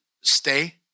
stay